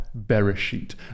Bereshit